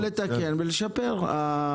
או לתקן ולשפר.